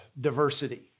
Diversity